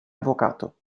avvocato